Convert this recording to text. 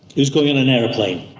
it was going in an airplane.